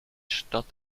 stadt